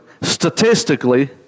statistically